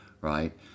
right